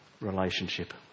relationship